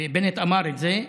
ובנט אמר את זה,